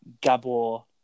Gabor